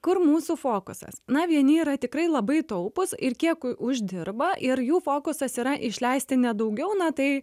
kur mūsų fokusas na vieni yra tikrai labai taupūs ir kiek u uždirba ir jų fokusas yra išleisti ne daugiau na tai